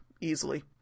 easily